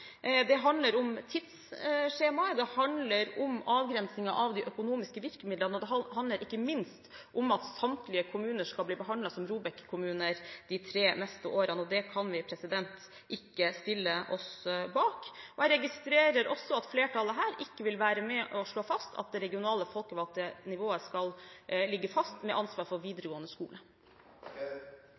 Det handler om tidsskjemaer, det handler om avgrensningen av de økonomiske virkemidlene, og det handler ikke minst om at samtlige kommuner skal bli behandlet som ROBEK-kommuner de tre neste årene. Det kan vi ikke stille oss bak. Jeg registrerer også at flertallet her ikke vil være med og slå fast at det regionale folkevalgte nivået skal ligge fast med hensyn til ansvar for videregående skole.